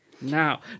Now